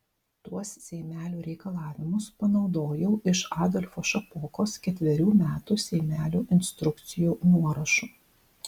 tuos seimelių reikalavimus panaudojau iš adolfo šapokos ketverių metų seimelių instrukcijų nuorašų